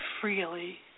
freely